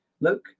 Look